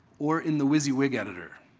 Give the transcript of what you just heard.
or in the wysiwyg editor.